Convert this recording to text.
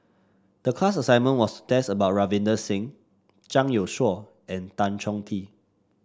the class assignment was about Ravinder Singh Zhang Youshuo and Tan Chong Tee